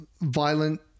violent